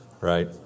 right